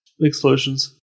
explosions